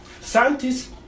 Scientists